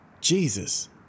Jesus